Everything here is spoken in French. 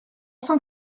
cent